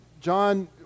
John